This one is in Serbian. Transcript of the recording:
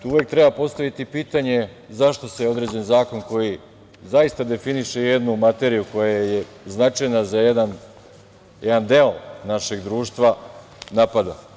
Uvek treba postaviti pitanje – zašto se određeni zakon koji zaista definiše jednu materiju koja je značajna za jedan deo našeg društva napada?